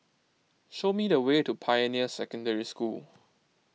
show me the way to Pioneer Secondary School